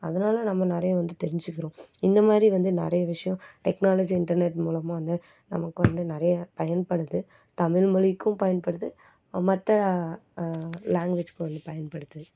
அதனால நம்ம நிறையா வந்து தெரிஞ்சுக்கிறோம் இந்த மாதிரி வந்து நிறைய விஷயோம் டெக்னாலஜி இன்டர்நெட் மூலமாக வந்து நமக்கு வந்து நிறையா பயன்படுது தமிழ் மொழிக்கும் பயன்படுது மற்ற லேங்குவேஜுக்கும் வந்து பயன்படுது